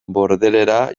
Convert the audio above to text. bordelera